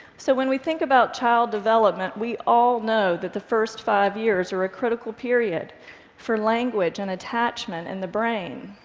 so when we think about child development, we all know that the first five years are a critical period for language and attachment in the brain.